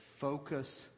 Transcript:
focus